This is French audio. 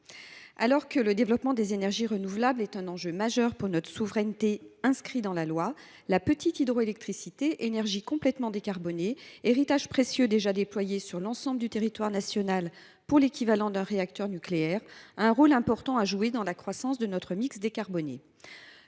Alors que le développement des énergies renouvelables constitue un enjeu majeur pour notre souveraineté et que cet objectif est inscrit dans la loi, la petite hydroélectricité, énergie complètement décarbonée, héritage précieux déjà déployé sur l’ensemble du territoire national, dont la production représente l’équivalent de celle d’un réacteur nucléaire, a un rôle important à jouer dans la croissance de notre mix décarboné.